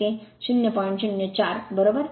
04 बरोबर